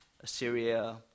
Assyria